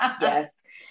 yes